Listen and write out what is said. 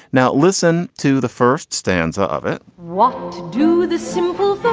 now listen to the first stanza of it what do the simple